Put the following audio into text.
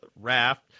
raft